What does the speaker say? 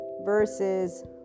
versus